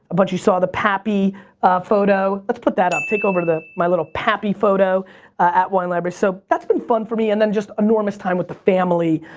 but you saw the pappy photo. let's put that up. take over to the, my little pappy photo at wine library. so that's pretty fun for me, and then just enormous time with the family,